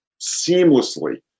seamlessly